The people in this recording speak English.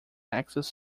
access